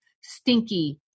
stinky